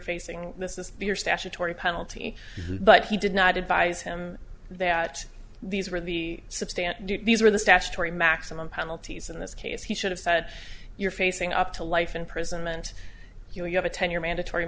facing this is your statutory penalty but he did not advise him that these were the substantiated these were the statutory maximum penalties in this case he should have said you're facing up to life imprisonment you have a ten year mandatory